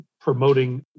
promoting